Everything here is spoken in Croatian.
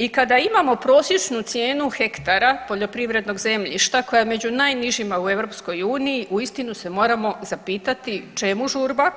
I kada imamo prosječnu cijenu hektara poljoprivrednog zemljišta koja je među najnižima u EU uistinu se moramo zapitati čemu žurba